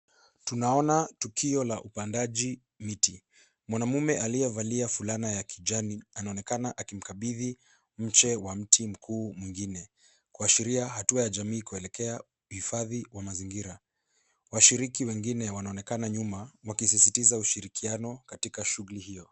Tunaona tukio la upandaji miti. Mwanaume aliyevalia fulana ya kijani anaonekana akimkabidhi mche wa mti mkuu mwingine, kuashiria hatua ya jamii kuelekea uhifadhi wa mazingira. Washiriki wengine wanaonekana nyuma wakisisitiza ushirikiano katika shughuli hiyo.